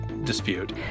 dispute